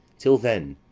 till then,